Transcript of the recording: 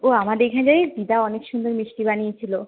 ও আমাদের এখানে দিদা অনেক সুন্দর মিষ্টি বানিয়েছিল